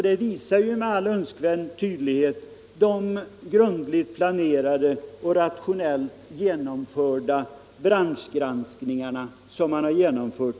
Det visar med all önskvärd tydlighet de grundligt planerade och rationellt genomförda branschgranskningarna i det här landet.